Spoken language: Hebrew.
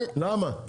למה?